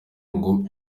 ngo